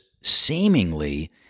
seemingly